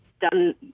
done